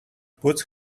puts